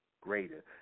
greater